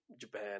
Japan